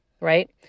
right